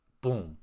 Boom